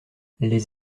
les